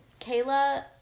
Kayla